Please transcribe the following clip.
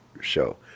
show